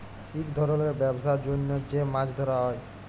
ইক ধরলের ব্যবসার জ্যনহ যে মাছ ধ্যরা হ্যয়